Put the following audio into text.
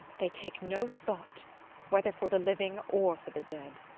they take no thought whether for the living or for the dead.